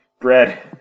bread